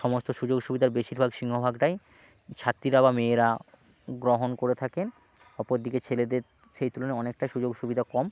সমস্ত সুযোগ সুবিদার বেশিরভাগ সিংহভাগটাই ছাত্রীরা বা মেয়েরা গ্রহণ করে থাকেন অপর দিকে ছেলেদের সেই তুলনায় অনেকটা সুযোগ সুবিধা কম